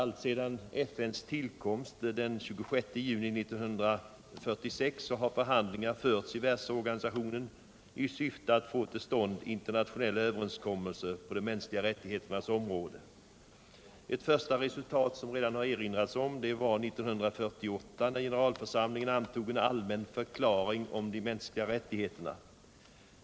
Alltsedan FN:s tillkomst den 26 juni 1946 har förhandlingar förts i världsorganisationen i syfte att få till stånd internationella överenskommelser på de mänskliga rättigheternas område. Ett första resultat, som det redan har erinrats om, var när generalförsamlingen 1948 antog en allmän förklaring om de mänskliga rättigheterna.